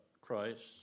Christ